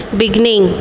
beginning